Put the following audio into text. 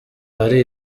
hari